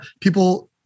people